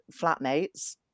flatmates